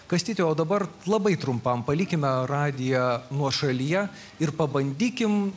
kastyti o dabar labai trumpam palikime radiją nuošalyje ir pabandykim